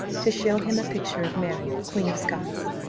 to show him a picture of mary, queen of scots.